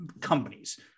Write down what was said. companies